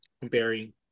comparing